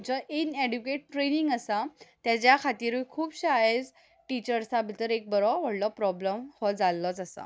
जो in educate training आसा तेज्या खातिरूय खुबशे आयज टिचर्सा भितर एक बरो व्हडलो प्रोब्लेम हो जाल्लोच आसा